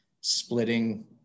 splitting